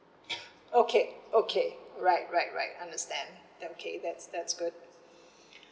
okay okay right right right understand okay that's that's good